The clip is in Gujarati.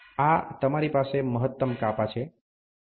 આ તમારી પાસે મહત્તમ કાપા છે